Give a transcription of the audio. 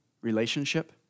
relationship